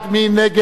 מי נגד?